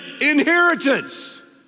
inheritance